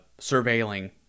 surveilling